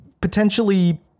potentially